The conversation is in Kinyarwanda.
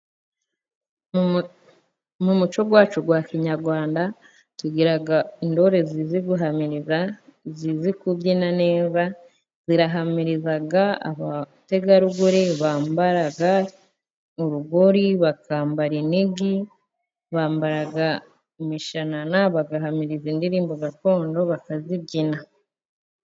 Mu muco wacu wa Kinyarwanda tugira intore zizi guhamiriza, zizi kubyina neza zirahamiriza. Abategarugori bambara urugori, bakambara inigi, bambara imishanana bagahamiriza indirimbo gakondo bakazibyina.